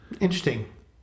Interesting